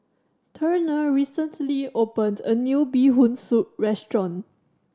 Turner recently opened a new Bee Hoon Soup restaurant